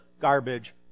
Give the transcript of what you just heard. garbage